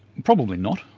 probably not,